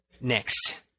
next